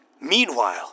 Meanwhile